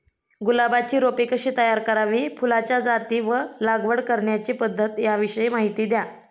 गुलाबाची रोपे कशी तयार करावी? फुलाच्या जाती व लागवड करण्याची पद्धत याविषयी माहिती द्या